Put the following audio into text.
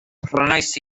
prynais